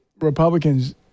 Republicans